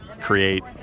create